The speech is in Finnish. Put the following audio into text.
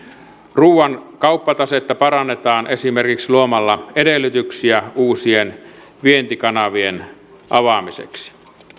ruuan kauppatasetta parannetaan esimerkiksi luomalla edellytyksiä uusien vientikanavien avaamiseksi